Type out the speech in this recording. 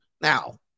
Now